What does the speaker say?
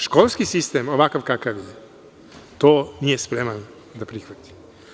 Školski sistem, ovakav kakav je, to nije spreman da prihvati.